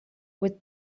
with